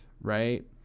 right